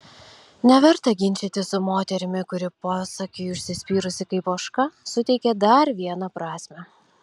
neverta ginčytis su moterimi kuri posakiui užsispyrusi kaip ožka suteikė dar vieną prasmę